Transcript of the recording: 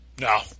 No